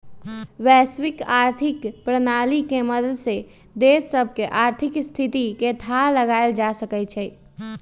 वैश्विक आर्थिक प्रणाली के मदद से देश सभके आर्थिक स्थिति के थाह लगाएल जा सकइ छै